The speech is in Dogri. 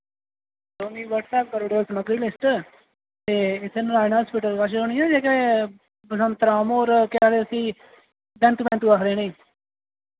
तुस मी व्हाट्सऐप्प करी ओड़ेओ समग्री लिस्ट ते इत्थै नारायणा हास्पिटल कच्छ ओह् निं हैन जेह्के बसंत राम होर केह् आखदे उस्सी बैंतु बैंतु आखदे उ'नें